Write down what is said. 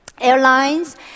airlines